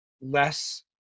less